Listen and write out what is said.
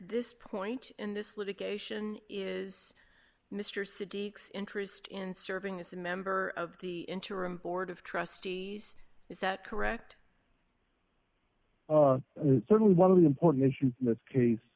this point in this litigation is mr city interested in serving as a member of the interim ford of trustees is that correct certainly one of the important issues in this case